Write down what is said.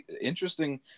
Interesting